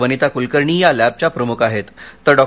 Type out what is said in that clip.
वनिता कुलकर्णी या लखिया प्रमुख आहेत तर डॉ